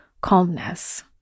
calmness